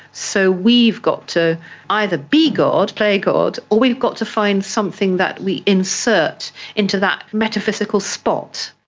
so we've got to either be god, play god, or we've got to find something that we insert into that metaphysical spot.